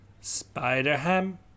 Spider-ham